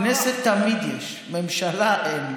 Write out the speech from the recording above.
כנסת תמיד יש, ממשלה אין.